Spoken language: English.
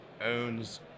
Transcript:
owns